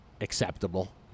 acceptable